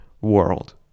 world